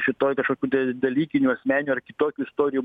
šitoj kažkokių tai dalykinių asmeninių ar kitokių istorijų